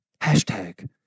Hashtag